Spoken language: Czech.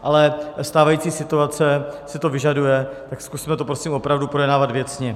Ale stávající situace si to vyžaduje, tak zkusme to prosím opravdu projednávat věcně.